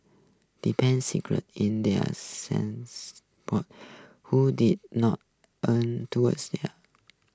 depend secret in thier who did not lean towards there